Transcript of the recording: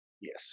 Yes